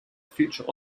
future